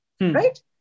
right